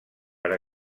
per